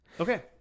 Okay